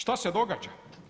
Šta se događa?